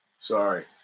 Sorry